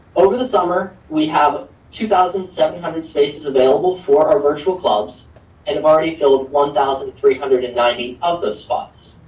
over the summer, we have two thousand seven hundred spaces available for our virtual clubs and have already filled one thousand three hundred and ninety of those spots.